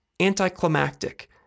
anticlimactic